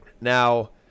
now